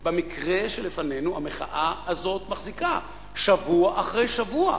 במקרה שלפנינו המחאה הזאת מחזיקה שבוע אחר שבוע.